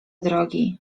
drogi